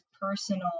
personal